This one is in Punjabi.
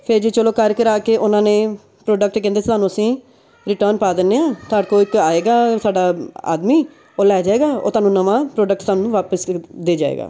ਫਿਰ ਜੀ ਚਲੋ ਕਰ ਕਰਾ ਕੇ ਉਹਨਾਂ ਨੇ ਪ੍ਰੋਡਕਟ ਕਹਿੰਦੇ ਸਾਨੂੰ ਅਸੀਂ ਰਿਟਰਨ ਪਾ ਦਿੰਦੇ ਹਾਂ ਤੁਹਾਡੇ ਕੋਲ ਇੱਕ ਆਏਗਾ ਸਾਡਾ ਆਦਮੀ ਉਹ ਲੈ ਜਾਏਗਾ ਉਹ ਤੁਹਾਨੂੰ ਨਵਾਂ ਪ੍ਰੋਡਕਟ ਸਾਨੂੰ ਵਾਪਸ ਦੇ ਜਾਏਗਾ